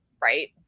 right